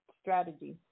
strategy